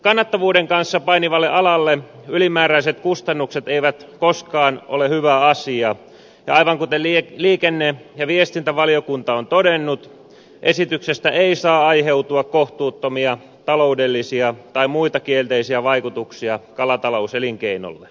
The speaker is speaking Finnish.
kannattavuuden kanssa painivalle alalle ylimääräiset kustannukset eivät koskaan ole hyvä asia ja aivan kuten liikenne ja viestintävaliokunta on todennut esityksestä ei saa aiheutua kohtuuttomia taloudellisia tai mui ta kielteisiä vaikutuksia kalatalouselinkeinolle